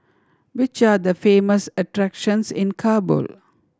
which are the famous attractions in Kabul